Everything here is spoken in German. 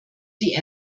die